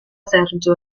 sergio